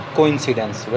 Coincidence